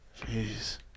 Jeez